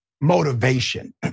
motivation